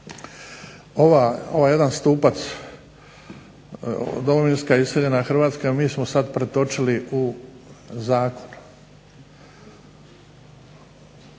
Ovaj jedan stupac domovinska iseljena Hrvatska, mi smo sad pretočili u zakon,